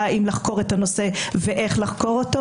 האם לחקור את הנושא ואיך לחקור אותו.